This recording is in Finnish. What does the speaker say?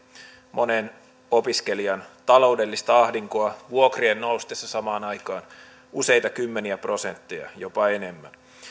monen opiskelijan taloudellista ahdinkoa vuokrien noustessa samaan aikaan useita kymmeniä prosentteja jopa enemmän